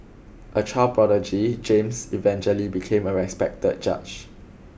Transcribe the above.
a child prodigy James eventually became a respected judge